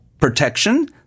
protection